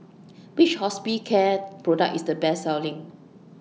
Which Hospicare Product IS The Best Selling